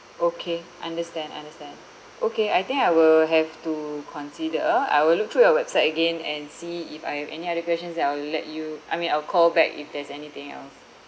okay understand understand okay I think I will have to consider I will look through your website again and see if I have any other questions then I will let you I mean I'll call back if there's anything else